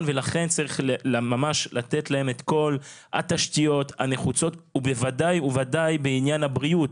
ולכן צריך ממש לתת להם את כל התשתיות הנחוצות ובוודאי בעניין הבריאות.